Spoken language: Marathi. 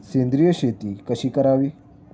सेंद्रिय शेती कशी करावी?